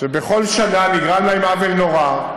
שבכל שנה נגרם להם עוול נורא,